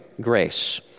grace